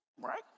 right